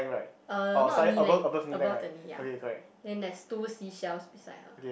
uh not knee length above the knee ya then there's two seashells beside her